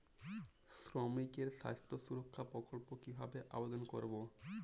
শ্রমিকের স্বাস্থ্য সুরক্ষা প্রকল্প কিভাবে আবেদন করবো?